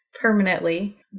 permanently